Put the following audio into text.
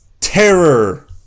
terror